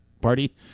party